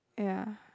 ya